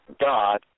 God